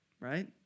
right